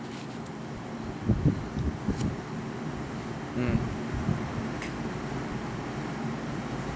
mm